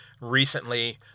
recently